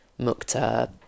Mukta